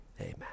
Amen